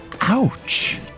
Ouch